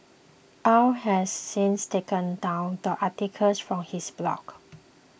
Au has since taken down the articles from his blog